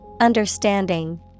Understanding